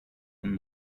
than